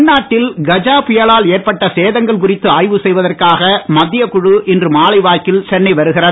தமிழ்நாட்டில் கஜா புயலால் ஏற்பட்ட சேதங்கள் குறித்து ஆய்வு செய்வதற்கான மத்திய குழு இன்று மாலை வாக்கில் சென்னை வருகிறது